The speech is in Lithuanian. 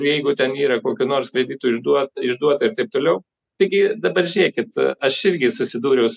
jeigu ten yra kokių nors kreditų išduo išduota ir taip toliau taigi dabar žiūrėkit aš irgi susidūriau